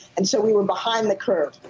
and so we were behind the curve.